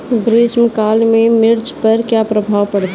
ग्रीष्म काल में मिर्च पर क्या प्रभाव पड़ता है?